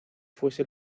fuese